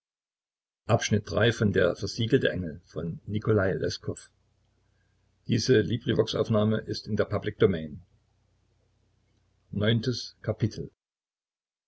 auch in der